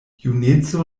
juneco